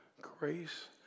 grace